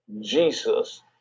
jesus